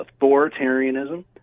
authoritarianism